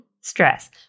stress